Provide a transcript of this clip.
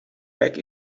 back